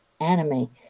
anime